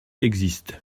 existent